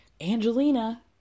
Angelina